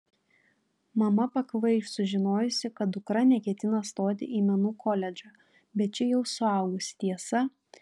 mama pakvaiš sužinojusi kad dukra neketina stoti į menų koledžą bet ši jau suaugusi tiesa